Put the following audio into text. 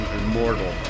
immortal